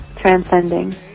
Transcending